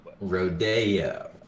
rodeo